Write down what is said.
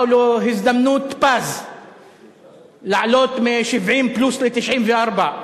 באה לו הזדמנות פז לעלות מ-70 פלוס ל-94,